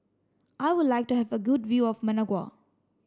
I would like to have a good view of Managua